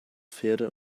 pferde